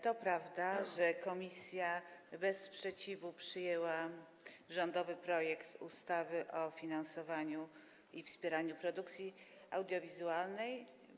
To prawda, że komisja bez sprzeciwu przyjęła rządowy projekt ustawy o finansowym wspieraniu produkcji audiowizualnej.